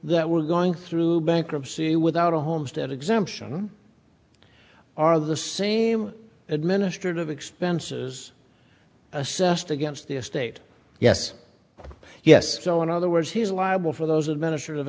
that we're going through bankruptcy without a homestead exemption are the same administrative expenses assessed against the estate yes yes so in other words he's liable for those administ